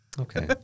Okay